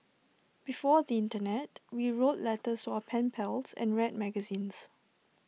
before the Internet we wrote letters to our pen pals and read magazines